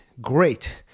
great